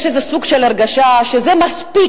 יש איזה סוג של הרגשה שזה מספיק.